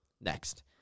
Next